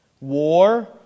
war